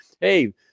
Hey